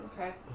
Okay